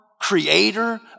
creator